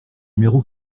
numéro